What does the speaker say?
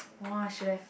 !wah! should have